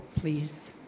please